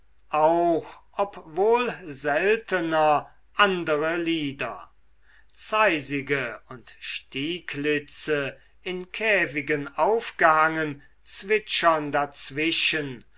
auch obwohl seltener andere lieder zeisige und stieglitze in käfigen aufgehangen zwitschern dazwischen